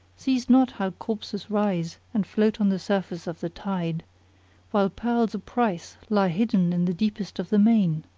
see'st not how corpses rise and float on the surface of the tide while pearls o'price lie hidden in the deepest of the main!